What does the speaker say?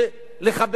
ולחבר